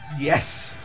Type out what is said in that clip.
Yes